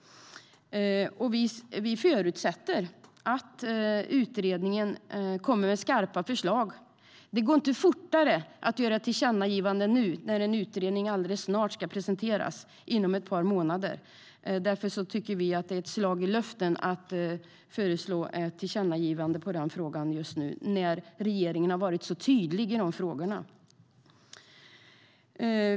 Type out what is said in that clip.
Vi förutsätter att utredningen kommer med skarpa förslag. Det går inte fortare om man gör ett tillkännagivande nu, när en utredning alldeles snart, inom ett par månader, ska presenteras. Därför tycker vi att det är ett slag i luften att föreslå ett tillkännagivande just nu när regeringen har varit så tydlig i de frågorna.